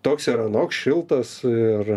toks ir anoks šiltas ir